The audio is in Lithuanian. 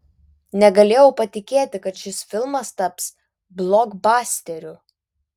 negalėjau patikėti kad šis filmas taps blokbasteriu